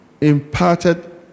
imparted